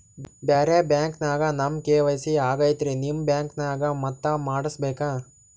ಬ್ಯಾರೆ ಬ್ಯಾಂಕ ನ್ಯಾಗ ನಮ್ ಕೆ.ವೈ.ಸಿ ಆಗೈತ್ರಿ ನಿಮ್ ಬ್ಯಾಂಕನಾಗ ಮತ್ತ ಮಾಡಸ್ ಬೇಕ?